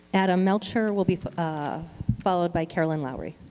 adam melcher will be ah followed by carolyn lowry.